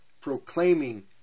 proclaiming